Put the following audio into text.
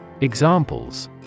Examples